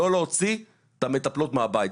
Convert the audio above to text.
לא להוציא את המטפלות מהבית.